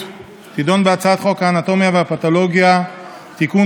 תדון בהצעת חוק האנטומיה והפתולוגיה (תיקון,